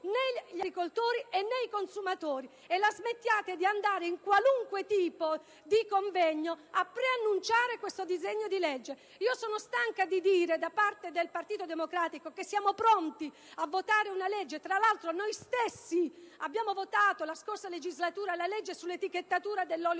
né gli agricoltori né i consumatori e la smetta di andare in qualunque convegno a preannunciare questo disegno di legge. Come Partito Democratico sono stanca di dire che siamo pronti a votare una legge. Tra l'altro, noi stessi abbiamo votato la scorsa legislatura la legge sull'etichettatura dell'olio